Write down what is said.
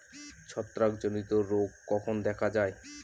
ছত্রাক জনিত রোগ কখন দেখা য়ায়?